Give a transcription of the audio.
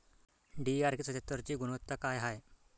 DRK सत्यात्तरची गुनवत्ता काय हाय?